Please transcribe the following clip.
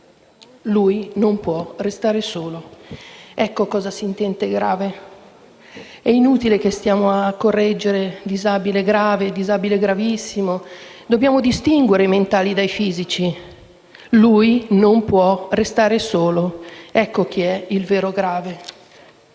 lui non può restare solo. Ecco cosa si intende per grave. È inutile che stiamo a correggere «disabile grave» o «disabile gravissimo». Dobbiamo distinguere i disabili mentali dai fisici. Lui non può restare solo. Ecco chi è il vero grave.